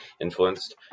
influenced